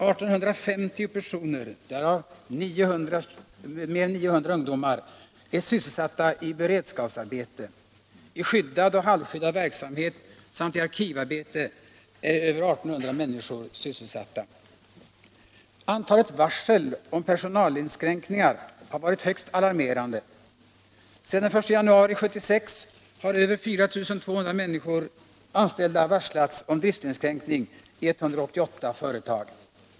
1 850 personer, därav 99 Antalet varsel om personalinskränkningar har varit högst alarmerande. Sedan den I januari 1976 har 4 240 anställda varslats om driftinskränkning i 188 företag.